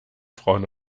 frauen